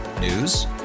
News